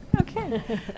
Okay